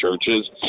churches